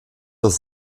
das